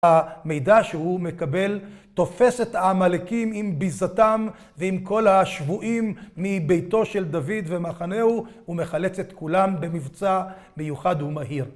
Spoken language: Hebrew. המידע שהוא מקבל תופס את העמלקים עם ביזתם ועם כל השבויים מביתו של דוד ומחנהו והוא מחלץ את כולם במבצע מיוחד ומהיר